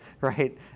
right